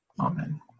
Amen